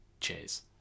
Cheers